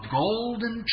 golden